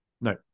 No